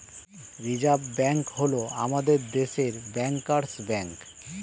reserve bank হল আমাদের দেশের ব্যাঙ্কার্স ব্যাঙ্ক